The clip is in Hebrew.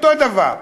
אותו דבר: